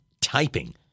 typing